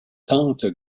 tentes